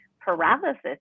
paralysis